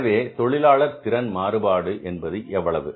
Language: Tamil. எனவே தொழிலாளர் திறன் மாறுபாடு என்பது எவ்வளவு